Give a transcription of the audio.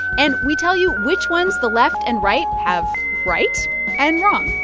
and we tell you which ones the left and right have right and wrong